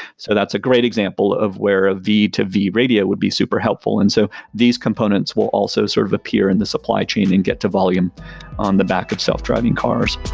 so that's a great example of where a v two v radio would be super helpful. and so these components will also sort of appear in the supply chain and get to volume on the back of self-driving cars